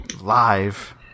live